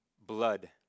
Blood